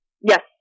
Yes